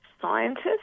scientists